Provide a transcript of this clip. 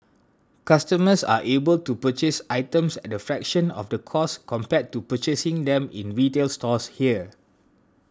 customers are able to purchase items at a fraction of the cost compared to purchasing them in retail stores here